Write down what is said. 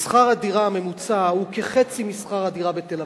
שכר הדירה הממוצע הוא כחצי משכר הדירה בתל-אביב,